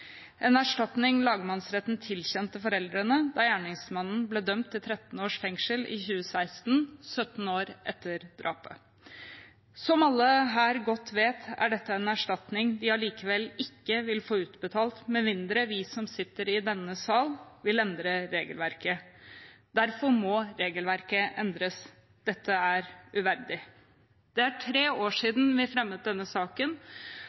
en erstatning lagmannsretten tilkjente foreldrene da gjerningsmannen ble dømt til 13 års fengsel i 2016, 17 år etter drapet. Som alle her godt vet, er dette en erstatning de allikevel ikke vil få utbetalt, med mindre vi som sitter i denne sal, vil endre regelverket. Derfor må regelverket endres. Dette er uverdig. Det er tre år siden vi fremmet denne saken,